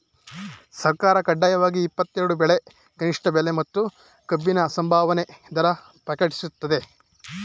ಸರ್ಕಾರ ಕಡ್ಡಾಯವಾಗಿ ಇಪ್ಪತ್ತೆರೆಡು ಬೆಳೆಗೆ ಕನಿಷ್ಠ ಬೆಲೆ ಮತ್ತು ಕಬ್ಬಿಗೆ ಸಂಭಾವನೆ ದರ ಪ್ರಕಟಿಸ್ತದೆ